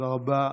תודה רבה.